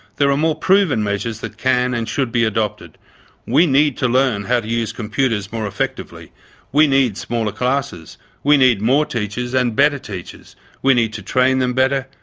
there are more proven measures that can and should be adopted we need to learn how to use computers more effectively we need smaller classes we need more teachers and better teachers we need to train them better,